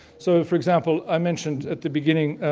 so for example, i mentioned at the beginning, ah